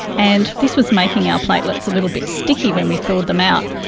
and this was making our platelets a little bit sticky when we thawed them out.